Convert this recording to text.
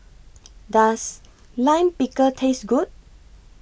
Does Lime Pickle Taste Good